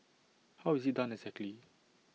how is IT done exactly